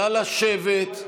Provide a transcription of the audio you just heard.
נא לשבת,